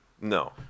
No